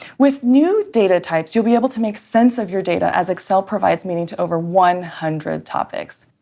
with new data types, you'll be able to make sense of your data as excel provides meaning to over one hundred topics.